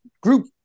group